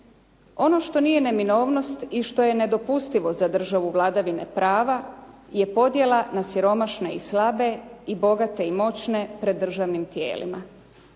Ono što nije neminovnost i što je nedopustivo za državu vladavine prava je podjela na siromašne i slabe, i bogate i moćne pred državnim tijelima